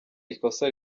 ikosa